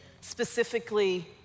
specifically